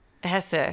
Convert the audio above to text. Hesse